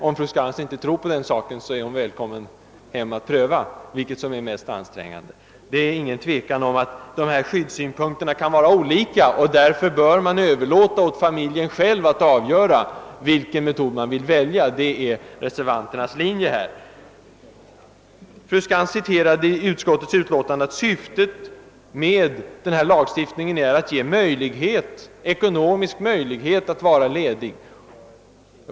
Om fru Skantz inte tror på detta är hon välkommen hem för att pröva vilket som är mest ansträngande. Det är inget tvivel om att skyddssyn punkterna kan vara olika, och därför bör man överlåta åt familjen själv att avgöra vilken metod som skall tillämpas. Det är reservanternas linje. Fru Skantz citerade utskottets uttalande, att syftet med lagstiftningen är att ge kvinnan ekonomisk möjlighet att vara ledig.